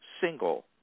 single